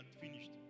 finished